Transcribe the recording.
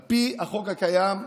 על פי החוק הקיים,